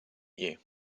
you